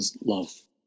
love